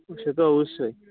সে তো অবশ্যই